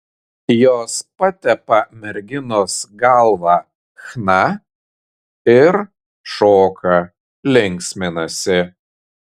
jos patepa merginos galvą chna ir šoka linksminasi